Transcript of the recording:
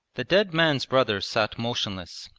the dead man's brother sat motionless,